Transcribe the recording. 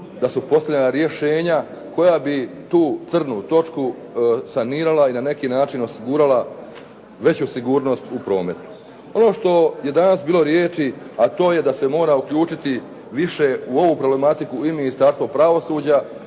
da su postavljena rješenja koja bi tu crnu točku sanirala i na neki način osigurala veću sigurnost u prometu. Ovo što je danas bilo riječi a to je da se mora uključiti više u ovu problematiku i Ministarstvo pravosuđa,